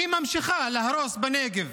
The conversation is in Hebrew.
כי היא ממשיכה להרוס בנגב,